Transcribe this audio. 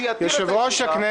שיתיר את הישיבה.